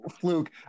Fluke